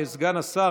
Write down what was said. סגן השר,